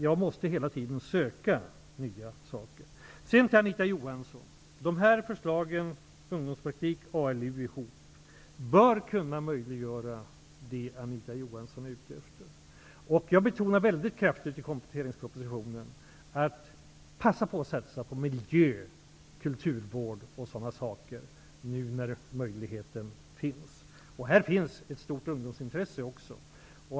Jag måste hela tiden söka nya saker. ALU ihop bör kunna möjliggöra det Anita Johansson är ute efter. Jag betonar väldigt kraftigt i kompletteringspropositionen att passa på att satsa på miljö och kulturvård och sådana saker nu när möjligheten finns. Här finns också ett stort ungdomsintresse.